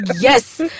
yes